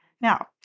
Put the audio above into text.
Now